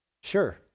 sure